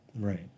Right